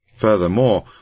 Furthermore